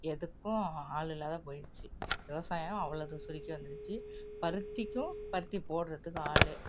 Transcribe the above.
எதுக்கும் ஆள் இல்லாது போயிருச்சி விவசாயமும் அவ்வளோது சுருக்கி வந்துடுச்சு பருத்திக்கும் பருத்தி போடுகிறதுக்கும் ஆள்